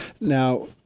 now